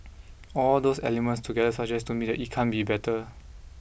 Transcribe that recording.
all those elements together suggest to me that it can't be better